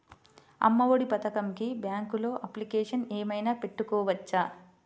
అమ్మ ఒడి పథకంకి బ్యాంకులో అప్లికేషన్ ఏమైనా పెట్టుకోవచ్చా?